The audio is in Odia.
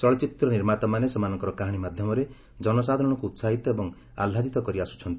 ଚଳଚ୍ଚିତ୍ର ନିର୍ମାତାମାନେ ସେମାନଙ୍କର କାହାଣୀ ମାଧ୍ୟମରେ ଜନସାଧାରରଙ୍କୁ ଉସାହିତ ଏବଂ ଆହ୍ଲାଦିତ କରି ଆସୁଛନ୍ତି